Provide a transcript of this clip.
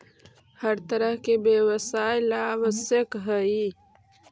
हर तरह के व्यवसाय ला आवश्यक हई